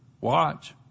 watch